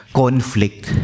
conflict